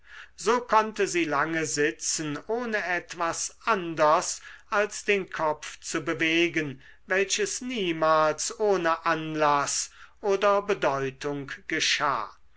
so konnte sie lange sitzen ohne etwas anders als den kopf zu bewegen welches niemals ohne anlaß oder bedeutung geschah